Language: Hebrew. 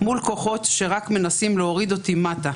מול כוחות שרק מנסים להוריד אותי מטה,